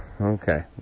Okay